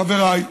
חבריי,